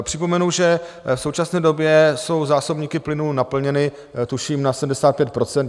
Připomenu, že v současné době jsou zásobníky plynu naplněny, tuším na 75%.